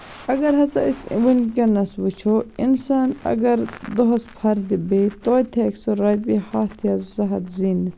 اَگر ہسا أسۍ وٕنکینَس وٕچھو اِنسان اَگر دۄہَس فردِ بیٚہِہِ تویتہِ ہیٚکہِ سُہ رۄپییہِ ہَتھ یا زٕ ہَتھ زیٖنِتھ